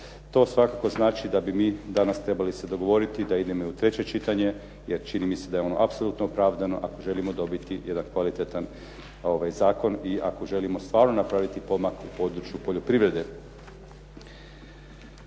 to svakako znači da bi mi danas trebali se dogovoriti da idemo i u treće čitanje, jer čini mi se da ono apsolutno opravdano ako želimo dobiti jedan kvalitetan zakon i ako želimo stvarno napraviti pomak u području poljoprivrede.